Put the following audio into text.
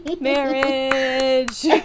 Marriage